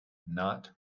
not